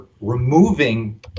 removing